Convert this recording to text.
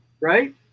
Right